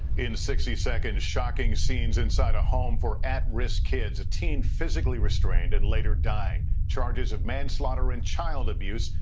in sixty seconds, shocking scenes inside a home for at risk kids. a teen physically restrained and later dying. charges of manslaughter and child abuse.